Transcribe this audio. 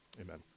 Amen